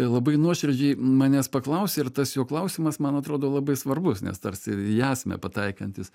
labai nuoširdžiai manęs paklausė ir tas jo klausimas man atrodo labai svarbus nes tarsi ir į esmę pataikantis